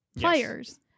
players